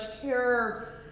terror